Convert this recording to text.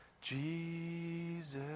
Jesus